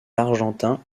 argentins